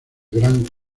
gran